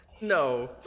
No